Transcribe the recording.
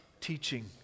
teaching